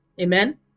amen